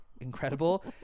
incredible